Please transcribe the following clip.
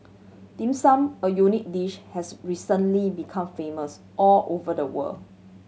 Dim Sum a unique dish has recently become famous all over the world